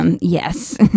Yes